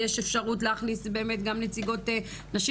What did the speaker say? ויש אפשרות להכניס באמת גם נציגות נשים